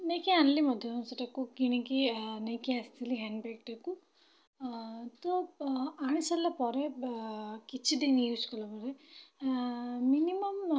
ନେଇକି ଆଣିଲି ମଧ୍ୟ ସେଇଟାକୁ କିଣିକି ନେଇକି ଆସିଥିଲି ହ୍ୟାଣ୍ଡ ବ୍ୟାଗ୍ଟାକୁ ତ ଆଣି ସାରିଲା ପରେ କିଛିଦିନି ୟୁଜ୍ କଲା ପରେ ମିନିମମ୍